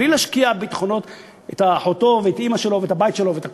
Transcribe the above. בלי להשקיע בביטחונות את אחותו ואת אימא שלו ואת הבית שלו ואת הכול.